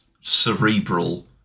cerebral